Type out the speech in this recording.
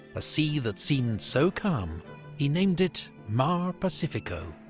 a sea that seemed so calm he named it mara pacifico,